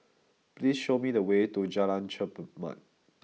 please show me the way to Jalan Chermat